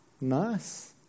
Nice